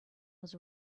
was